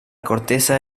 corteza